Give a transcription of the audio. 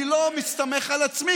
אני לא מסתמך על עצמי,